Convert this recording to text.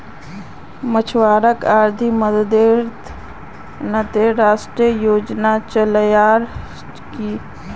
मछुवारॉक आर्थिक मददेर त न राष्ट्रीय योजना चलैयाल की